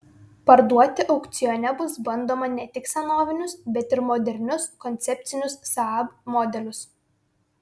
parduoti aukcione bus bandoma ne tik senovinius bet ir modernius koncepcinius saab modelius